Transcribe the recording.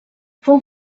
fou